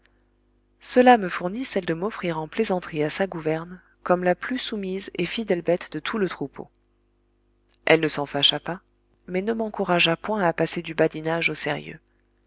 cela me fournit celle de m'offrir en plaisanterie à sa gouverne comme la plus soumise et fidèle bête de tout le troupeau elle ne s'en fâcha pas mais ne m'encouragea point à passer du badinage au sérieux